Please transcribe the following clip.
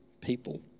people